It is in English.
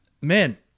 man